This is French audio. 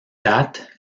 date